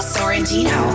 Sorrentino